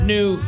New